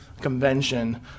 convention